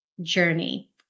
journey